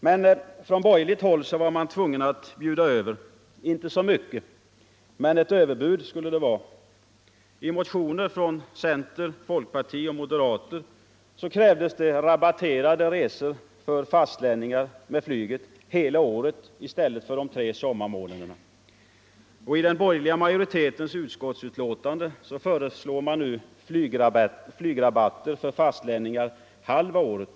Men från borgerligt håll har man varit tvungen att bjuda över. Inte så mycket — men ett överbud skulle det vara. I motioner från centern, folkpartiet och moderater krävdes det rabatterade resor för fastlänningar med flyget hela året i stället för de tre sommarmånaderna. I den borgerliga utskottsmajoritetens skrivning föreslås nu flygrabatter för fastlänningar under halva året.